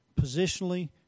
positionally